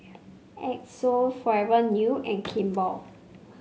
Xndo Forever New and Kimball